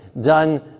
done